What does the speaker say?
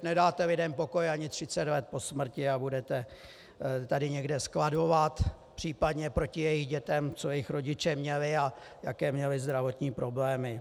Nedáte lidem pokoj ani 30 let po smrti a budete tady někde skladovat případně proti jejich dětem, co jejich rodiče měli a jaké měli zdravotní problémy.